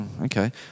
okay